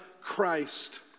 Christ